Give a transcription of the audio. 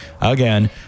again